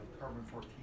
carbon-14